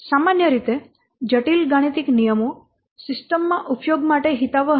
સામાન્ય રીતે જટિલ ગાણિતીક નિયમો સિસ્ટમમાં ઉપયોગ માટે હિતાવહ નથી